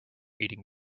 eating